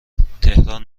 تهران